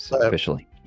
officially